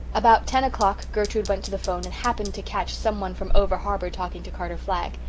about ten o'clock gertrude went to the phone and happened to catch someone from over-harbour talking to carter flagg.